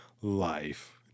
life